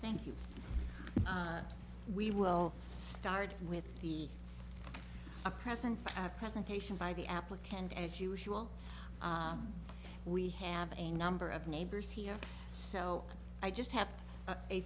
thank you we will start with the present presentation by the applicant as usual we have a number of neighbors here so i just have a